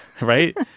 right